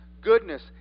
goodness